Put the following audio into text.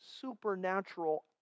supernatural